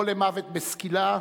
לא למוות בסקילה,